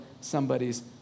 somebody's